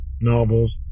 novels